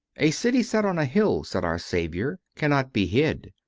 a city set on a hill, said our saviour, cannot be hid.